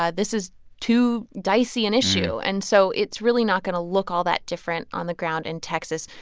ah this is too dicey an issue. and so it's really not going to look all that different on the ground in texas.